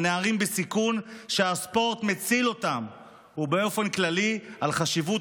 על נערים בסיכון שהספורט מציל ובאופן כללי על חשיבות